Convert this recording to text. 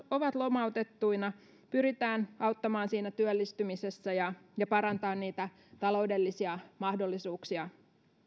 ovat lomautettuina pyritään auttamaan siinä työllistymisessä ja ja parantamaan niitä taloudellisia mahdollisuuksia